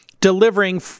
delivering